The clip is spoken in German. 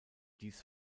dies